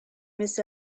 miss